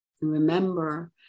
Remember